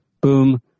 boom